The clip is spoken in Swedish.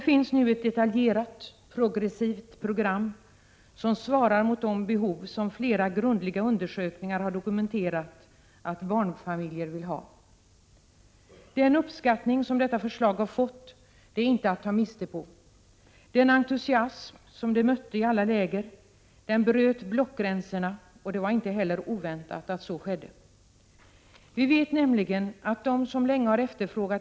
Det är ett detaljerat, progressivt program som svarar mot de behov som flera grundliga undersökningar har dokumenterat att barnfamiljerna har. Den uppskattning som detta förslag har fått är inte att ta miste på. Förslaget mötte entusiasm i alla läger och bröt blockgränserna. Det var inte heller oväntat att så skulle ske.